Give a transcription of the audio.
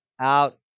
out